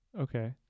Okay